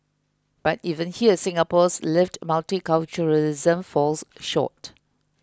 but even here Singapore's lived multiculturalism falls short